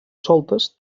soltes